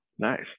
nice